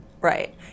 right